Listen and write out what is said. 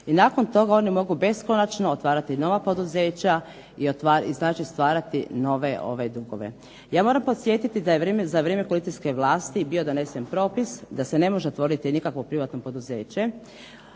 i nakon toga oni mogu beskonačno otvarati nova poduzeća i znači stvarati nove dugove. Ja moram podsjetiti da je za vrijeme koalicijske vlasti bio donesen propis da se ne može otvoriti nikakvo privatno poduzeće